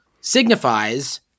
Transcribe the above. signifies